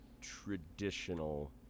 traditional